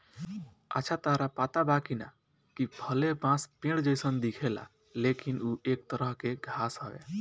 अच्छा ताहरा पता बा की ना, कि भले बांस पेड़ जइसन दिखेला लेकिन उ एक तरह के घास हवे